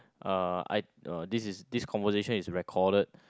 uh I this is this conversation is recorded